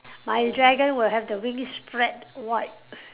my dragon will have the wing spread wide